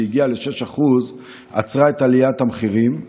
כשהגיעה ל-6% עצרה את עליית המחירים,